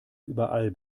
überall